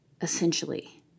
essentially